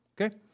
okay